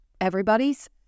everybody's